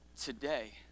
today